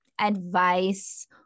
advice